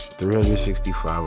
365